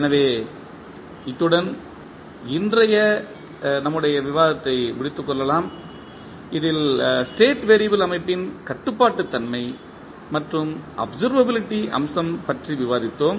எனவே இத்துடன் நம்முடைய இன்றைய விவாதத்தை முடித்துக் கொள்ளலாம் இதில் ஸ்டேட் வெறியபிள் அமைப்பின் கட்டுப்பாட்டுத்தன்மை மற்றும் அப்சர்வபிலிட்டி அம்சம் பற்றி விவாதித்தோம்